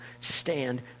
stand